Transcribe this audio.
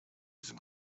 sind